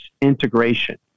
integration